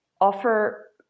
offer